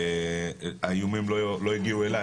האיומים לא הגיעו אלי,